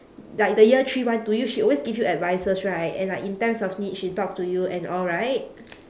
like the year three one to you she always give you advices right and like in times of need she talk to you and all right